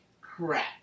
crap